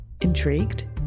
Intrigued